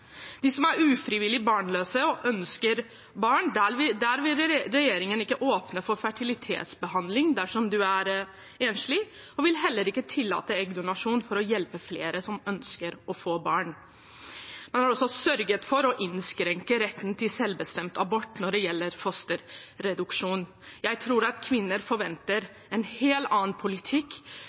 dem som er ufrivillig barnløse og ønsker barn, vil ikke regjeringen åpne for fertilitetsbehandling dersom man er enslig. Regjeringen vil heller ikke tillate eggdonasjon for å hjelpe flere som ønsker å få barn. Man har også sørget for å innskrenke retten til selvbestemt abort når det gjelder fosterreduksjon. Jeg tror kvinner forventer en helt annen politikk